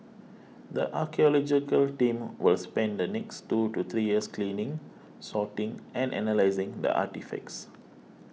the archaeological team will spend the next two to three years cleaning sorting and analysing the artefacts